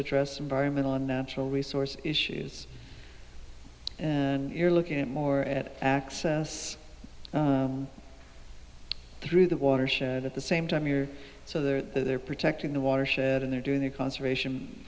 address environmental unnatural resource issues and you're looking at more at access through the watershed at the same time you're so there they're protecting the watershed and they're doing the conservation